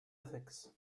ethics